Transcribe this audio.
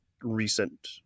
recent